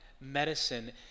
medicine